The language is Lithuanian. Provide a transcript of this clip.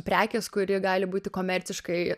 prekės kuri gali būti komerciškai